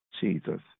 Jesus